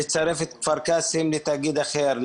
לצרף את כפר קאסם לתאגיד אחר,